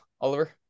Oliver